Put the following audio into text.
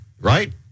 right